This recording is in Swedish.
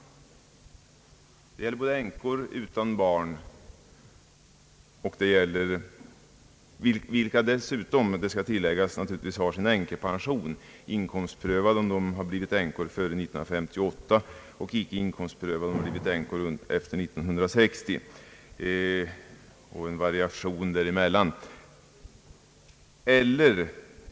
Det gäller änkor utan barn, vilka dessutom, det bör tilläggas, har sin änkepension, inkomstprövad om de har blivit änkor före 1958, och icke inkomstprövad om de blivit änkor efter 1960, och däremellan finns en variation.